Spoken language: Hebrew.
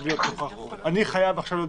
אני חייב עכשיו להיות